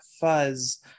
fuzz